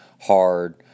hard